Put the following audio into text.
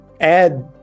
add